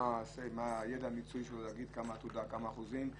מה הידע המקצועי שלו להגיד כמה אחוזים בעתודה,